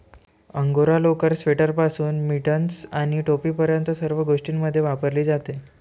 angora लोकर, स्वेटरपासून mittens आणि टोपीपर्यंत सर्व गोष्टींमध्ये वापरली जाते